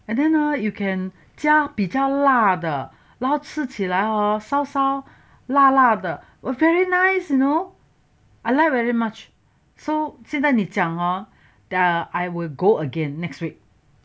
then hor you can 加比较辣的然后吃起来 !wah! 烧烧辣辣的 very nice you know I like very much so 现在你讲 hor there I will go there next week